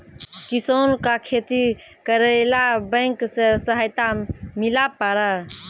किसान का खेती करेला बैंक से सहायता मिला पारा?